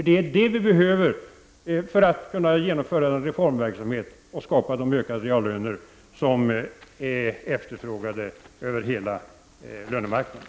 Det är vad som behövs för att kunna genomföra reformverksamhet och skapa de ökade reallöner som efterfrågas på hela lönemarknaden.